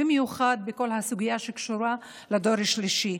במיוחד בכל הסוגיה שקשורה לדור השלישי,